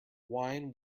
wine